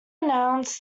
announced